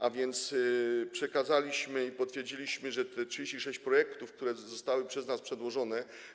A więc przekazaliśmy i potwierdziliśmy te 36 projektów, które zostały przez nas przedłożone.